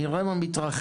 נראה מה מתרחש,